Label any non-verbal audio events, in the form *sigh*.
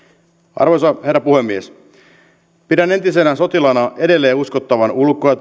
arvoisa herra puhemies pidän entisenä sotilaana edelleen uskottavan ulko ja *unintelligible*